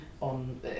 on